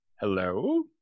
Hello